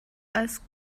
als